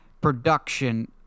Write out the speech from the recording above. production